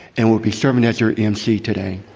and will be serving as your mc today.